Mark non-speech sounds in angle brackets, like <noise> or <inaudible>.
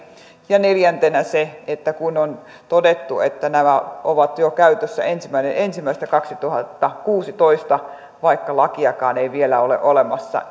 ja neljäntenä on se että kun on todettu että nämä ovat käytössä jo ensimmäinen ensimmäistä kaksituhattakuusitoista vaikka lakiakaan ei vielä ole olemassa <unintelligible>